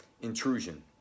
intrusion